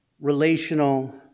relational